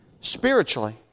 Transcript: Spiritually